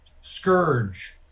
Scourge